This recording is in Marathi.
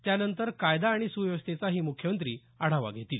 त्यानंतर कायदा आणि सुव्यवस्थेचाही मुख्यमंत्री आढावा घेतील